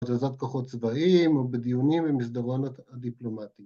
‫בהזזת כוחות צבאיים, ‫או בדיונים במסדרונות הדיפלומטיים.